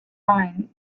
mine